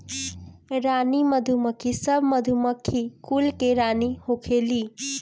रानी मधुमक्खी सब मधुमक्खी कुल के रानी होखेली